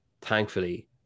thankfully